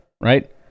right